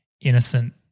innocent